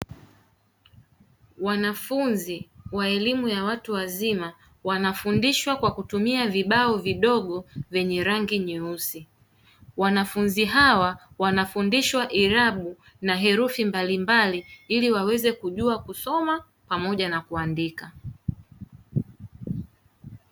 Wanafunzi wa elimu ya watu wazima wanafundishwa kwa kutumia vibao vidogo vyenye rangi nyeusi, wanafunzi hawa wanafundishwa irabu na herufi mbalimbali ili waweze kujua kusoma pamoja na kuandika.